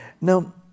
Now